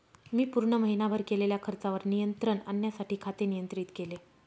मी पूर्ण महीनाभर केलेल्या खर्चावर नियंत्रण आणण्यासाठी खाते नियंत्रित केले